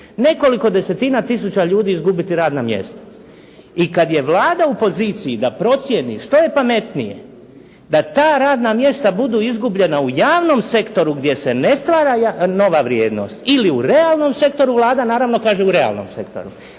nekoliko desetina tisuća ljudi izgubiti radna mjesta. I kad je Vlada u poziciji da procijeni što je pametnije, da ta radna mjesta budu izgubljena u javnom sektoru gdje se ne stvara nova vrijednost ili u realnom sektoru, Vlada naravno kaže u realnom sektoru,